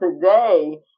today